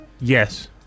Yes